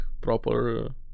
Proper